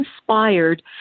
inspired